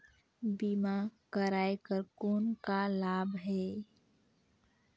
बीमा कराय कर कौन का लाभ है?